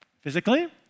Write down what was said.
physically